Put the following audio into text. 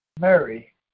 Mary